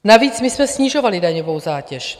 Navíc my jsme snižovali daňovou zátěž.